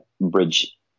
bridge